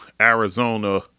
Arizona